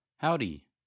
Howdy